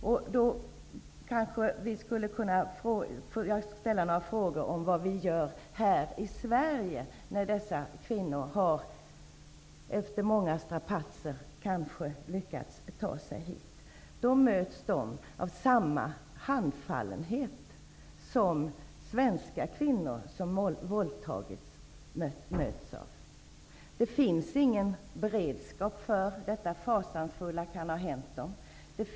Jag skulle vilja ställa några frågor om vad vi gör här i Sverige när dessa kvinnor efter många strapatser kanske har lyckats ta sig hit. De möts då av samma handfallenhet som svenska kvinnor som har våldtagits möts av. Det finns ingen beredskap för att detta fasansfulla kan ha hänt dem.